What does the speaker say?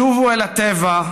שובו אל הטבע,